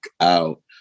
out